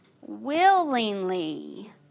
willingly